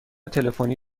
تلفنی